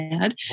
add